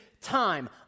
time